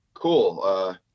cool